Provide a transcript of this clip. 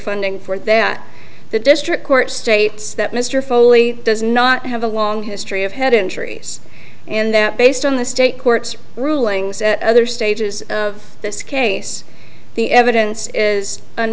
funding for that the district court states that mr foley does not have a long history of head injuries and that based on the state court rulings and other stages of this case the evidence is